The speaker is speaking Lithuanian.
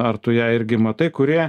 ar tu ją irgi matai kurie